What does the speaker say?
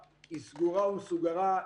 היא סגורה ומסוגרה,